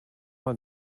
mal